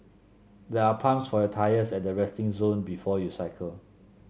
there are pumps for your tyres at the resting zone before you cycle